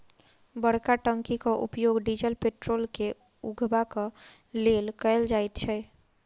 बड़का टंकीक उपयोग डीजल पेट्रोल के उघबाक लेल कयल जाइत छै